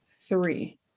Three